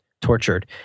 tortured